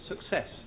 success